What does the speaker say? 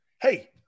Hey